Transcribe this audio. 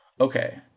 Okay